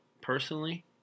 personally